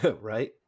Right